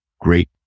great